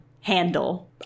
handle